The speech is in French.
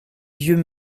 vieux